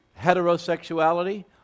heterosexuality